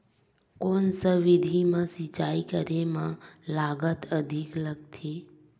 कोन सा विधि म सिंचाई करे म लागत अधिक लगथे?